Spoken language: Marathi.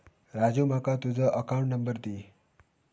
राजू माका तुझ अकाउंट नंबर दी